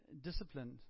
disciplined